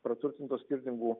praturtintos skirtingų